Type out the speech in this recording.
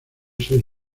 ser